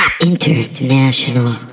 International